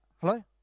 Hello